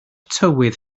tywydd